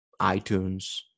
iTunes